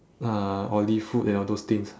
uh oily food and all those things